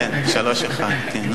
3:1. כן.